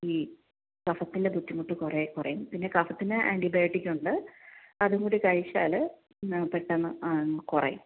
ഈ കഫത്തിൻറെ ബുദ്ധിമുട്ട് കുറെ കുറയും പിന്നെ കഫത്തിൻറെ ആൻറിബയോട്ടിക് ഉണ്ട് അതുകൂടി കഴിച്ചാൽ പെട്ടന്നു അതങ്ങ് കുറയും